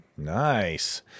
Nice